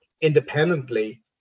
independently